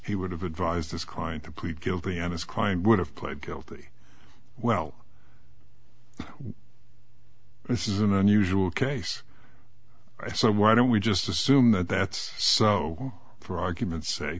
he would have advised his client to plead guilty and his client would have pled guilty well this is an unusual case i so why don't we just assume that that's so for argument's sake